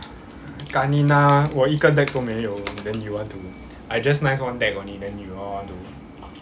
kanina 我一个 deck 都没有 then you want to I just nice one deck only then you all want to